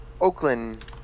Oakland